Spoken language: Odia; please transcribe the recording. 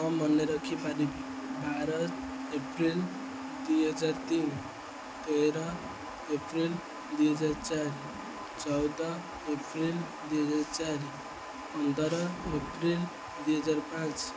ହଁ ମନେ ରଖିପାରିବି ବାର ଏପ୍ରିଲ ଦୁଇହଜାର ତିନି ତେର ଏପ୍ରିଲ ଦୁଇହଜାର ଚାରି ଚଉଦ ଏପ୍ରିଲ ଦୁଇହଜାର ଚାରି ପନ୍ଦର ଏପ୍ରିଲ ଦୁଇହଜାର ପାଞ୍ଚ